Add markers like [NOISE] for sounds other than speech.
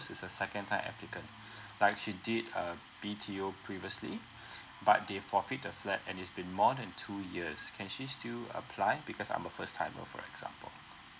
she's a second time applicant [BREATH] like she did a B_T_O previously [BREATH] but they forfeit the flat and it's been more than two years can she still apply because I'm a first timer for example